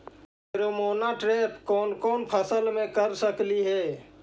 Pheromone trap कोन कोन फसल मे कर सकली हे?